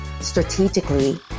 strategically